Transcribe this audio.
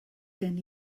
gen